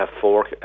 four